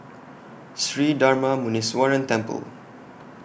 Sri Darma Muneeswaran Temple